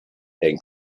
and